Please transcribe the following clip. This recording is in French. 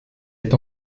est